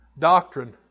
Doctrine